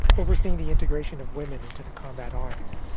overseeing the integration of women into the combat arms.